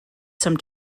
some